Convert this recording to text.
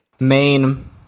main